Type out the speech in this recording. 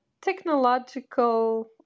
technological